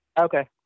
Okay